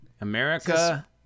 America